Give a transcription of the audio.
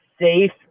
safe